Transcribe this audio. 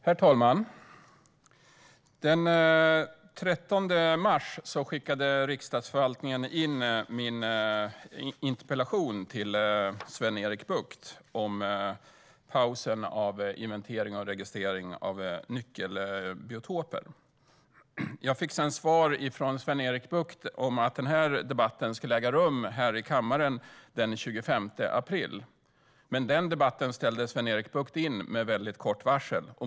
Herr talman! Den 13 mars skickade Riksdagsförvaltningen in min interpellation om pausen av inventering och registrering av nyckelbiotoper till Sven-Erik Bucht. Jag fick sedan svar från Sven-Erik Bucht om att interpellationsdebatten skulle äga rum här i kammaren den 25 april. Men denna debatt ställde Sven-Erik Bucht in med kort varsel.